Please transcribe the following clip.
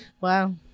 Wow